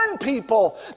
people